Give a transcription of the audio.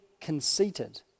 conceited